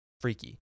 freaky